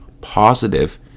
positive